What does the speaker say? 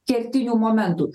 kertinių momentų